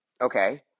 okay